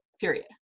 period